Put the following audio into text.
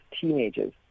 teenagers